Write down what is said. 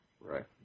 Right